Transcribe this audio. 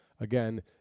Again